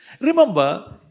Remember